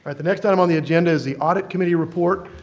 but the next item on the agenda is the audit committee report.